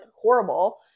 horrible